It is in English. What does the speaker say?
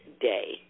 day